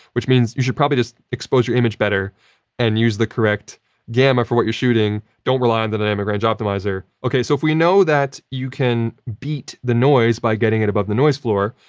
which means you should probably just expose your image better and use the correct gamma for what you're shooting. don't rely on the dynamic range optimizer. so, if we know that you can beat the noise by getting it above the noise floor,